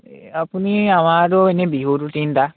আপুনি আমাৰ আৰু এনেই বিহুটো তিনিটা